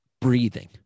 Breathing